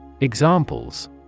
Examples